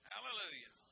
Hallelujah